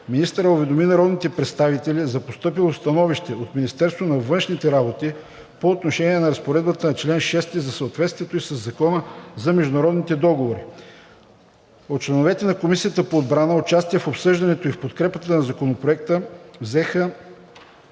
Министърът уведоми народните представители за постъпило становище от Министерството на външните работи по отношение на разпоредбата на чл. 6 за съответствието ѝ със Закона за международните договори. От членовете на Комисията по отбрана участие в обсъждането и в подкрепа на Законопроекта